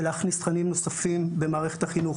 ולהכניס תכנים נוספים במערכת החינוך,